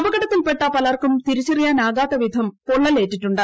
അപകടത്തിൽപ്പെട്ട പലർക്കും തിരിച്ചറിയാനാകാത്തവിധം പൊള്ളലേറ്റിറ്റുണ്ട്